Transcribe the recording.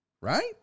Right